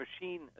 machine